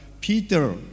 Peter